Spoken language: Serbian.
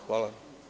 Hvala.